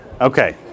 Okay